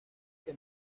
que